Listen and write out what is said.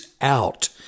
out